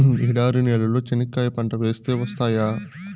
ఎడారి నేలలో చెనక్కాయ పంట వేస్తే వస్తాయా?